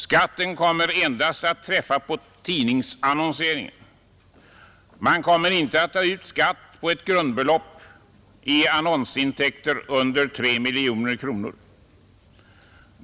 Skatten kommer endast att träffa tidningsannonseringen — man kommer inte att ta ut skatt på ett grundbelopp i annonsintäkter under 3 miljoner kronor.